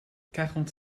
quarante